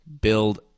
build